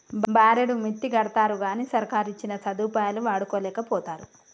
బారెడు మిత్తికడ్తరుగని సర్కారిచ్చిన సదుపాయాలు వాడుకోలేకపోతరు